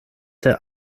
der